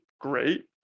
great